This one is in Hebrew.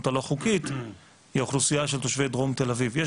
הלא חוקית היא אוכלוסייה של תושבי דרום תל אביב,